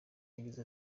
yagize